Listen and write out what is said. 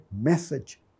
message